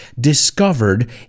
discovered